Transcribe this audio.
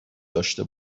داشته